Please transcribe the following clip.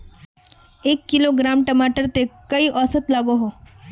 एक किलोग्राम टमाटर त कई औसत लागोहो?